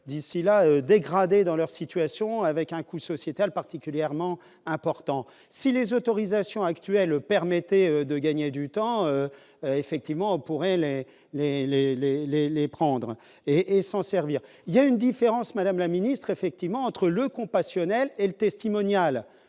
d'ici là dans leur situation, avec un coût sociétal particulièrement important si les autorisations actuelles permettaient de gagner du temps, effectivement, on pourrait les, les, les, les, les, les prendre et et s'en servir, il y a une différence, Madame la Ministre, effectivement, entre le compassionnel et le testimonial